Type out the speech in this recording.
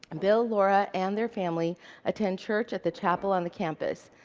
and bill, laura, and their family attend church at the chapel on the campus.